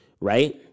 Right